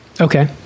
Okay